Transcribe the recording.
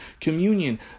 Communion